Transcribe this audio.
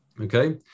Okay